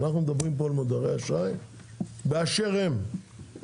אנחנו מדברים פה על מודרי אשראי באשר הם,